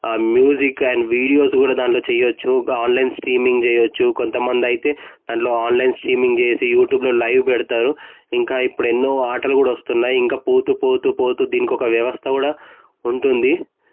ఆ music and videos కూడా దాంట్లో చేయచ్చు ఇంకా ఆన్లైన్ స్ట్రీమింగ్ చేయచ్చు కొంతమంది అయితే దాంట్లో ఆన్లైన్ స్ట్రీమింగ్ చేసి యూట్యూబ్లో లైవ్ పెడతారు ఇంకా ఇప్పుడు ఎన్నో ఆటలు కూడా వస్తున్నాయి ఇంకా పోతు పోతు పోతు దీనికి ఒక వ్యవస్థ కూడా ఉంటుంది